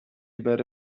بره